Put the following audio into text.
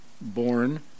born